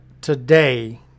today